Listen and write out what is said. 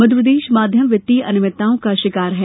मध्यप्रदेश माध्यम वित्तीय अनियमितताओं का शिकार है